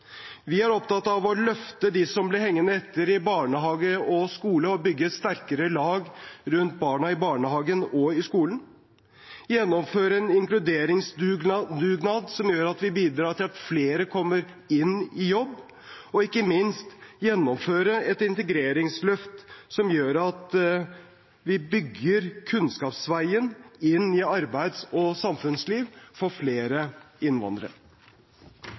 Vi er opptatt av å løfte dem som ble hengende etter i barnehage og skole, og bygge et sterkere lag rundt barna i barnehagen og i skolen og gjennomføre en inkluderingsdugnad som gjør at vi bidrar til at flere kommer inn i jobb, og ikke minst gjennomføre et integreringsløft som gjør at vi bygger kunnskapsveien inn i arbeids- og samfunnsliv for flere innvandrere.